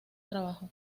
trabajo